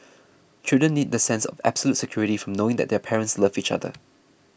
children need that sense of absolute security from knowing that their parents love each other